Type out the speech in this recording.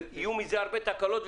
ויהיו מזה הרבה תקלות.